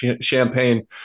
champagne